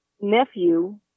nephew